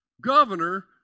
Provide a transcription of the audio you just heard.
governor